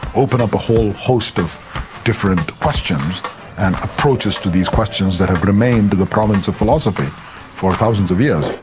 open up a whole host of different questions and approaches to these questions that have remained the province of philosophy for thousands of years.